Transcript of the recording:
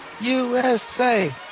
USA